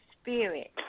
spirit